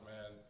man